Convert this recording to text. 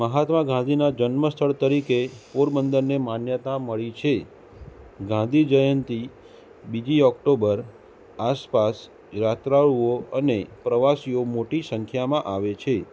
મહાત્મા ગાંધીનાં જન્મસ્થળ તરીકે પોરબંદરને માન્યતા મળી છે ગાંધીજયંતી બીજી ઓકટોબર આસપાસ યાત્રાળુઓ અને પ્રવાસીઓ મોટી સંખ્યામાં આવે છે